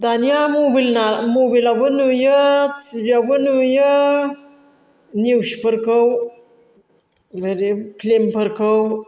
दानिया मबाइलआवबो नुयो टि भि आवबो नुयो निउसफोरखौ ओरै फिल्मफोरखौ